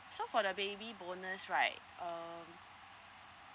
so for the baby bonus right um